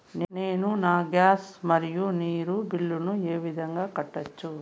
నేను నా గ్యాస్, మరియు నీరు బిల్లులను ఏ విధంగా కట్టొచ్చు?